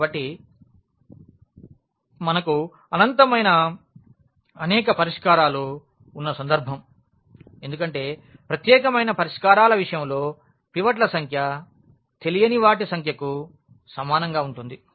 కాబట్టి మనకు అనంతమైన అనేక పరిష్కారాలు ఉన్న సందర్భం ఎందుకంటే ప్రత్యేకమైన పరిష్కారాల విషయంలో పివట్ల సంఖ్య తెలియని వాటి సంఖ్యకు సమానంగా ఉంటుంది